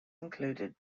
included